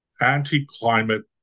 anti-climate